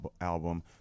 album